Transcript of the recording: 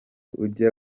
ujya